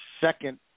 second